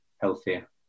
healthier